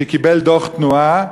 שקיבל דוח תנועה.